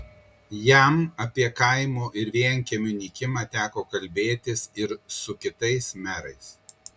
jam apie kaimų ir vienkiemių nykimą teko kalbėtis ir su kitais merais